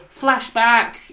flashback